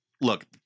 look